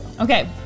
Okay